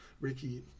Ricky